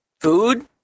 food